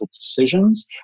decisions